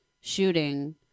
shooting